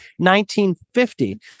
1950